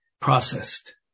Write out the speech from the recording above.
processed